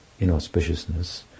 inauspiciousness